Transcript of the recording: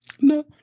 No